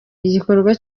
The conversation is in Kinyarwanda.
igikorwa